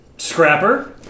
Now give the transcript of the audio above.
Scrapper